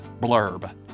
blurb